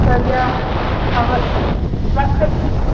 तब इएह अबै छी रखै छी